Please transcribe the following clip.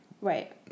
Right